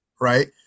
right